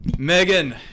Megan